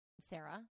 Sarah